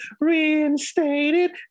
Reinstated